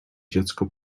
dziecko